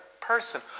person